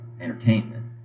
entertainment